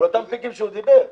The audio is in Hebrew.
על אותם "פיקים" שהוא דיבר עליהם.